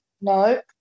no